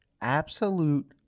absolute